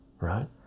right